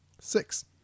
Six